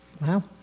Wow